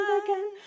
again